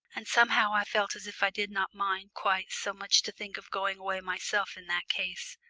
and somehow i felt as if i did not mind quite so much to think of going away myself in that case.